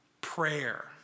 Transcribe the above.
prayer